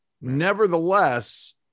Nevertheless